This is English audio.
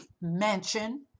mansion